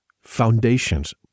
foundations